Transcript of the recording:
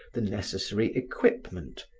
the necessary equipment,